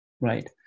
Right